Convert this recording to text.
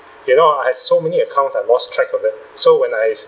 you know I have so many accounts I lost track of them so when I